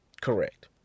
Correct